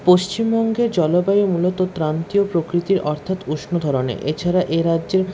পশ্চিমবঙ্গের জলবায়ু মূলত ক্রান্তীয় প্রকৃতির অর্থাৎ উষ্ণ ধরনের এছাড়া এ রাজ্যের